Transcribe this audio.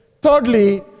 Thirdly